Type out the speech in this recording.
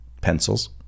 Pencils